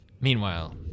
Meanwhile